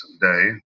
day